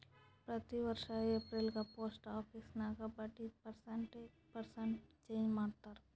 ಪ್ರತಿ ವರ್ಷ ಎಪ್ರಿಲ್ಗ ಪೋಸ್ಟ್ ಆಫೀಸ್ ನಾಗ್ ಬಡ್ಡಿದು ಪರ್ಸೆಂಟ್ ಚೇಂಜ್ ಮಾಡ್ತಾರ್